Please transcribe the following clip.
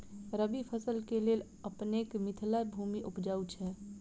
रबी फसल केँ लेल अपनेक मिथिला भूमि उपजाउ छै